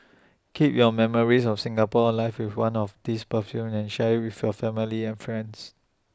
keep your memories of Singapore alive with one of these perfumes and share with your family and friends